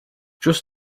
just